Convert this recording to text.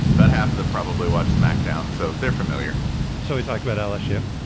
but half of them probably watch smackdown. so they're familiar shall we talk about elesha?